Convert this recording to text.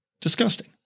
disgusting